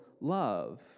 love